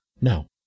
No